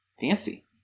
Fancy